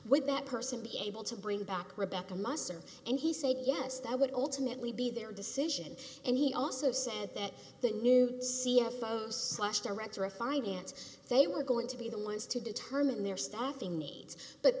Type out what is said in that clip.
would that person be able to bring back rebecca musser and he said yes that would ultimately be their decision and he also said that the c f o slash director of finance they were going to be the ones to determine their staffing needs but